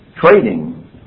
Trading